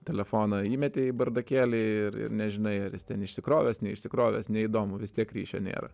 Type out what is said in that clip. telefoną įmeti į bardakėlį ir ir nežinai ar jis ten išsikrovęs neišsikrovęs neįdomu vis tiek ryšio nėra